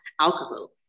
alcohol